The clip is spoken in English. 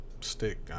stick